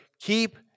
Keep